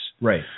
Right